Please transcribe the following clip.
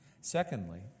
Secondly